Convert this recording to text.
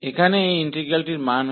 यहाँ इस इंटीग्रल का मान π4 है